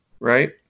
right